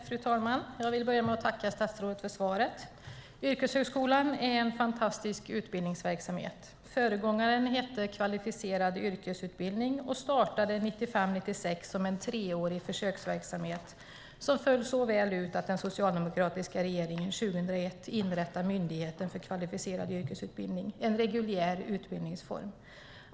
Fru talman! Jag vill börja med att tacka statsrådet för svaret. Yrkeshögskolan är en fantastisk utbildningsverksamhet. Föregångaren hette kvalificerad yrkesutbildning och startade 1995/96 som en treårig försöksverksamhet. Den föll så väl ut att den socialdemokratiska regeringen 2001 inrättade Myndigheten för kvalificerad yrkesutbildning, och det blev en reguljär utbildningsform.